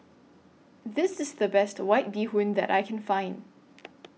This IS The Best White Bee Hoon that I Can Find